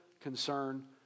concern